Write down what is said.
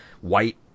white